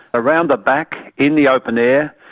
around the back, in the open air,